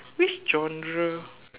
which genre